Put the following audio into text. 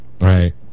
Right